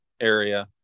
area